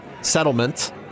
settlement